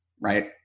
right